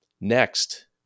Next